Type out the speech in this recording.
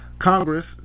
Congress